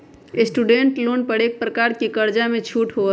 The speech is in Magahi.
स्टूडेंट लोन एक प्रकार के कर्जामें छूट होइ छइ